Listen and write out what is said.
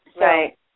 Right